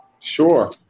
Sure